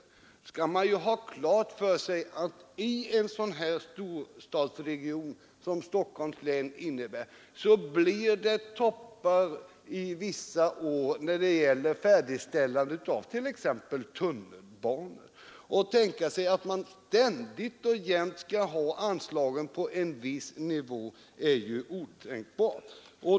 Då skall man ha klart för sig att i en sådan här storstadsregion som Stockholms län blir det toppar vissa år vid färdigställande av t.ex. tunnelbanor. Det är ju otänkbart att ständigt och jämt ha anslagen på en viss nivå.